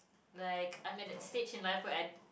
like I'm at the stage in life for at